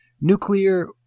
Nuclear